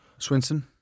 Swinson